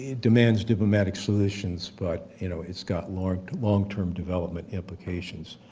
ah demands diplomatic solutions, but you know it's got long long term development implications.